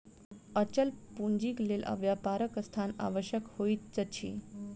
अचल पूंजीक लेल व्यापारक स्थान आवश्यक होइत अछि